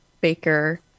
Baker